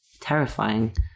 terrifying